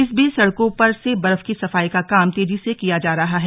इस बीच सड़कों पर से बर्फ की सफायी का काम तेजी से किया जा रहा है